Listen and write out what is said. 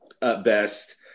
best